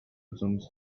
assumes